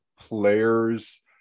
players